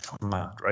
Right